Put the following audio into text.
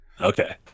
Okay